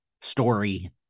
story